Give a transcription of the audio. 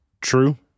true